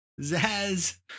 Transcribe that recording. Zaz